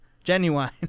Genuine